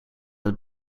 het